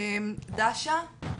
דאשה,